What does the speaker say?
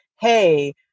hey